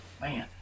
man